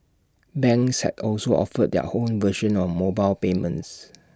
banks have also offered their own version of mobile payments